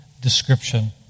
description